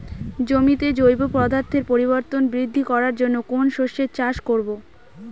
জমিতে জৈব পদার্থের পরিমাণ বৃদ্ধি করার জন্য কোন শস্যের চাষ করবো?